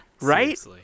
Right